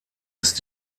ist